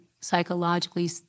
psychologically